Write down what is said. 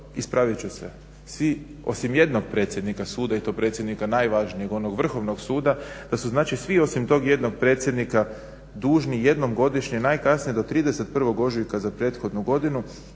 ispravit ću se, svi osim jednog predsjednika suda i to predsjednika najvažnijeg onog Vrhovnog suda, da su znači svi osim tog jednog predsjednika dužni jednom godišnje najkasnije do 31. ožujka za prethodnu godinu